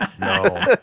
no